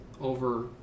over